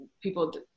people